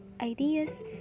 ideas